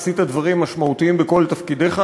עשית דברים משמעותיים בכל תפקידיך,